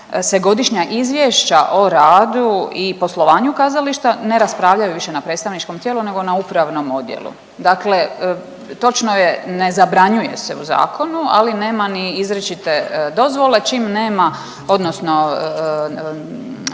se godišnja izvješća o radu i poslovanju kazališta ne raspravljaju više na predstavničkom tijelu nego na upravnom odjelu. Dakle, točno je ne zabranjuje se u zakonu, ali nema ni izričite dozvole, čim nema odnosno